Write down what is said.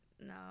No